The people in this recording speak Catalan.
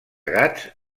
gats